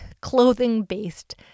clothing-based